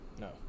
No